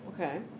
Okay